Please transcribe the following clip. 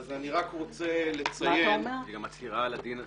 אז אני רק רוצה לציין --- היא גם מצהירה על הדין המצוי,